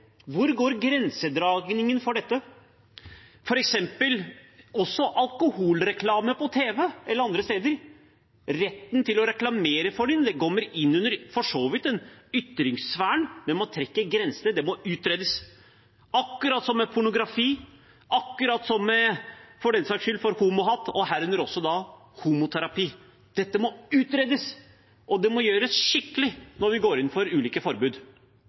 Hvor går grensen for dette? Et annet eksempel er alkoholreklame på tv eller andre steder. Retten til å reklamere for det kommer for så vidt inn under et ytringsvern, men man trekker grensene, det må utredes – akkurat som med pornografi, akkurat som med homohat, og herunder også homoterapi. Dette må utredes, og det må gjøres skikkelig når vi går inn for ulike forbud.